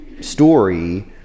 story